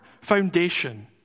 foundation